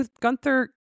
Gunther